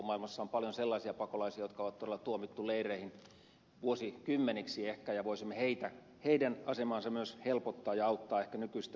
maailmassa on paljon sellaisia pakolaisia jotka ovat todella tuomittuja leireihin ehkä vuosikymmeniksi ja voisimme heidän asemaansa myös helpottaa ja auttaa ehkä nykyistä enemmän